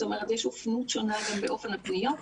זאת אומרת יש שונות גם באופן הפניות.